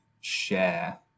share